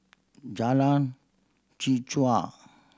Jalan Chichau